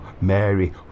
Mary